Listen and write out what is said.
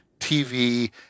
TV